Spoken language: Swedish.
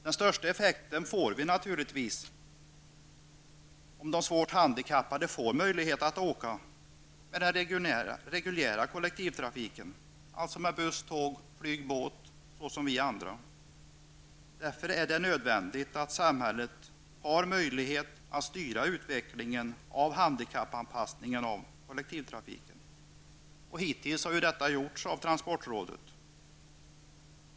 Den största effekten får vi naturligtvis om de svårt handikappade får möjlighet att åka med den reguljära kollektivtrafiken, med buss, tåg, flyg och båt, som vi andra. Därför är det nödvändigt att samhället har möjlighet att styra utvecklingen av handikappanpassningen av kollektivtrafiken. Hittills har detta gjorts av transportrådet.